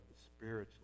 spiritually